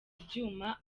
ibyuma